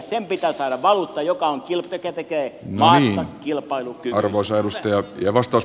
sen pitää saada valuutta joka tekee maasta kilpailukykyisen